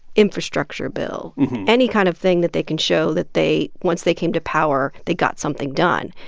infrastructure bill any kind of thing that they can show that they once they came to power, they got something done.